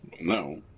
No